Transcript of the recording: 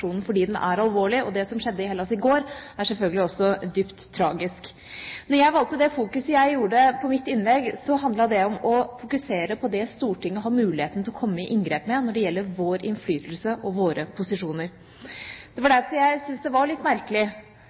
er alvorlig, og det som skjedde i Hellas i går, er selvfølgelig også dypt tragisk. Når jeg valgte det fokuset jeg hadde i mitt innlegg, var det for å fokusere på det som Stortinget har mulighet til å komme i inngrep med når det gjelder innflytelse og posisjoner. Derfor syntes jeg det var litt merkelig